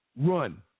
run